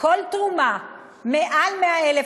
כל תרומה מעל 100,000,